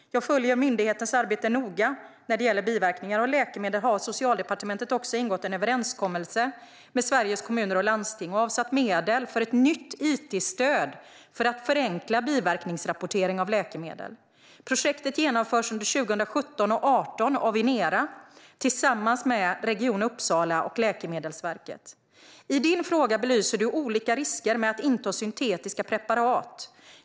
Jag följer myndigheternas arbete noga. När det gäller biverkningar av läkemedel har Socialdepartementet också ingått en överenskommelse med Sveriges Kommuner och Landsting och har avsatt medel för ett nytt it-stöd för att förenkla biverkningsrapportering av läkemedel. Projektet genomförs under 2017 och 2018 av Inera tillsammans med Region Uppsala och Läkemedelsverket. I din fråga belyser du olika risker med att inta syntetiska preparat.